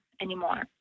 anymore